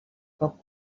poc